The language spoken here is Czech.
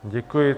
Děkuji.